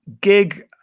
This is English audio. gig